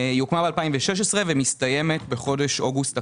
היא מסתיימת בחודש אוגוסט הקרוב,